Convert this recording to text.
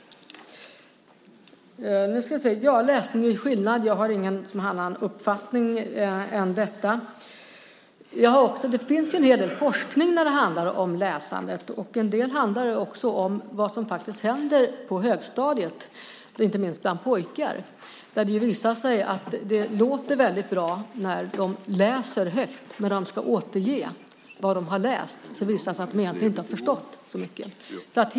När det gäller att läsning gör skillnad har jag ingen annan uppfattning. Det finns en hel del forskning som handlar om läsandet. En del handlar också om vad som händer på högstadiet, inte minst bland pojkar. Det visar sig att det låter väldigt bra när de läser högt, men när de ska återge vad de har läst visar det sig att de egentligen inte har förstått så mycket.